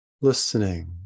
listening